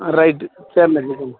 ஆ right